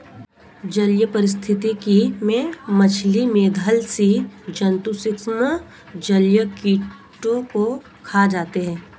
जलीय पारिस्थितिकी में मछली, मेधल स्सि जन्तु सूक्ष्म जलीय कीटों को खा जाते हैं